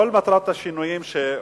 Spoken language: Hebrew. כל השינויים שעושים,